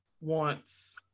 wants